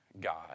God